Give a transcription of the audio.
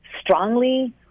strongly